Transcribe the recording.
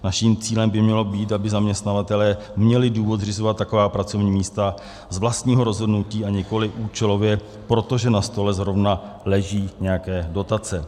Naším cílem by mělo být, aby zaměstnavatelé měli důvod zřizovat taková pracovní místa z vlastního rozhodnutí, a nikoliv účelově, protože na stole zrovna leží nějaké dotace.